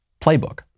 playbook